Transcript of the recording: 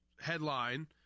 headline